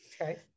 Okay